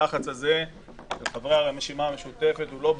שהלחץ הזה על חברי הרשימה המשותפת הוא לא בריא.